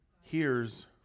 hears